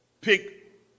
pick